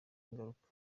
ingaruka